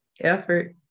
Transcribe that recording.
effort